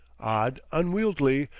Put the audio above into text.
odd, unwieldy,